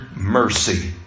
mercy